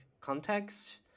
context